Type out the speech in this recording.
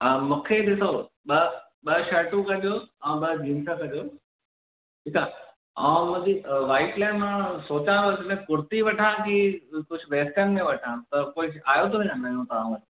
हा मूंखे ॾिसो ॿ ॿ शर्टूं कजोसि ऐं ॿ जींस कजोसि ठीकु आहे ऐं मुंहिंजी वाइफ लाइ मां सोचियां पियो कुर्ती वठां की कुझु वेस्टर्न में वठां त कुझु आयो अथव छा नयो तव्हां वटि